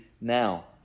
now